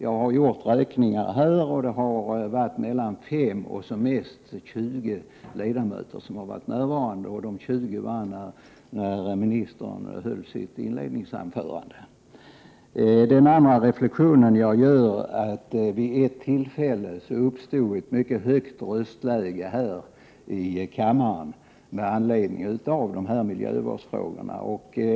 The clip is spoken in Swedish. Jag har räknat antalet ledamöter som varit närvarande i kammaren under denna debatt, och det har varit mellan fem och tjugo. De tjugo var här när ministern höll sitt inledningsanförande. Vid ett tillfälle uppstod ett mycket högt röstläge i debatten här i kammaren med anledning av miljövårdsfrågorna.